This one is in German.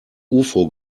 ufo